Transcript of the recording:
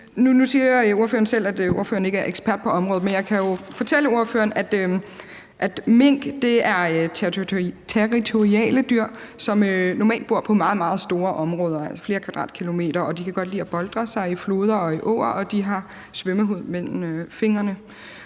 Nu siger ordføreren selv, at ordføreren ikke er ekspert på området men jeg kan jo fortælle ordføreren, at mink er territoriale dyr, som normalt bor på meget, meget store områder, altså flere kvadratkilometer, og de kan godt lide at boltre sig i floder og i åer, og de har svømmehud mellem fingrene.